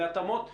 בהתאמות מתבקשות,